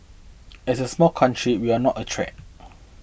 as a small country we are not a threat